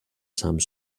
some